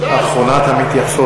אחרונת המתייחסים